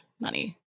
money